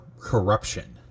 Corruption